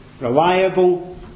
reliable